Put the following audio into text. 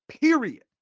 Period